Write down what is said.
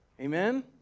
Amen